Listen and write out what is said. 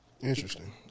Interesting